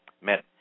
met